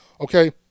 okay